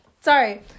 sorry